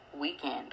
weekend